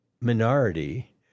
minority